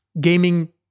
gaming